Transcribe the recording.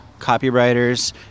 copywriters